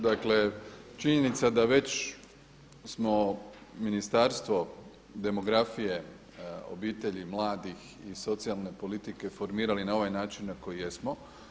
Dakle, činjenica da već smo Ministarstvo demografije, obitelji, mladih i socijalne politike formirali na ovaj način na koji jesmo.